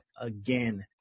again